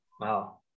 Wow